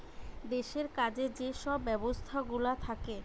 দেশের কাজে যে সব ব্যবস্থাগুলা থাকে